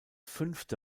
fünfte